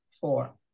four